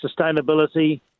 sustainability